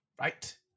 Right